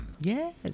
yes